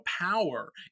power